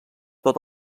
tot